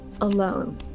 alone